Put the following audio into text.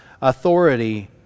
authority